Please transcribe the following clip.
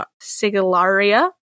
sigillaria